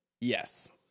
Yes